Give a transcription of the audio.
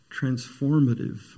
transformative